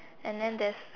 and then there's